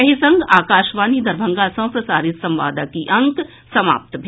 एहि संग आकाशवाणी दरभंगा सँ प्रसारित संवादक ई अंक समाप्त भेल